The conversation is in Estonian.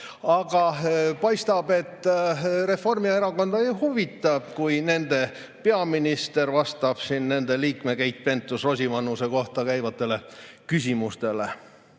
Aga paistab, et Reformierakonda ei huvita, kui nende peaminister vastab siin nende liikme Keit Pentus-Rosimannuse kohta käivatele küsimustele.